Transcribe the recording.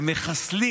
הם מחסלים